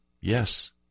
Yes